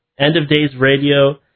endofdaysradio